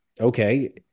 okay